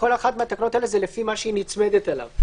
כל אחת מהתקנות האלה זה לפי מה שהיא נצמדת אליו.